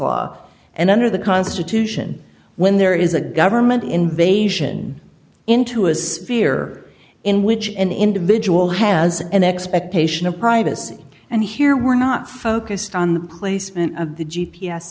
law and under the constitution when there is a government invasion into a sphere in which an individual has an expectation of privacy and here we're not focused on the placement of the g